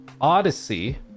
Odyssey